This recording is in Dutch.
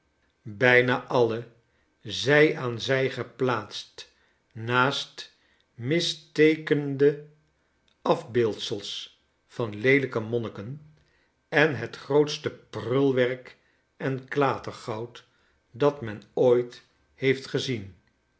bijna alle zij aan zij geplaatst naast misteekende af beeldsels van leelijke monniken en het grootste prulwerk en klatergoud dat men ooit heeft gezien